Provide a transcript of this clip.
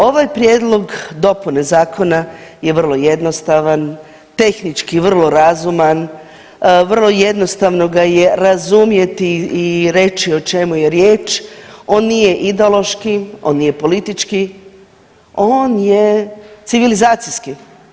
Ovaj prijedlog dopune zakona je vrlo jednostavan, tehnički vrlo razuman, vrlo jednostavno ga je razumjeti i reći o čemu je riječ, on nije ideološki, on nije politički, on je civilizacijski.